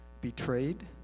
betrayed